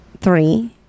three